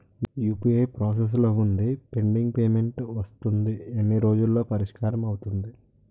UPI process లో వుందిపెండింగ్ payment వస్తుంది ఎన్ని రోజుల్లో పరిష్కారం అవుతుంది